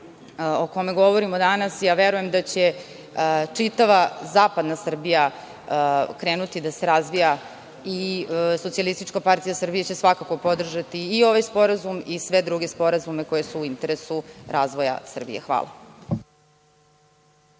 o kome govorimo danas verujem da će čitava zapadna Srbija krenuti da se razvija i SPS će svakako podržati ovaj sporazum i sve druge sporazume koji su u interesu razvoja Srbije. Hvala.